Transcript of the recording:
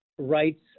rights